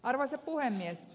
arvoisa puhemies